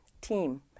team